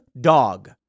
dog